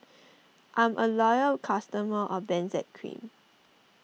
I'm a loyal customer of Benzac Cream